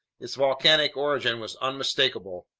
its volcanic origin was unmistakable.